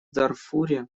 дарфуре